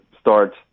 start